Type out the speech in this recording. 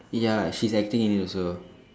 ya she's acting in it also